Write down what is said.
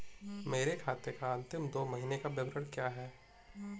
मेरे खाते का अंतिम दो महीने का विवरण क्या है?